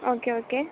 okay okay